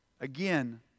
Again